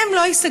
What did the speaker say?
הן לא ייסגרו,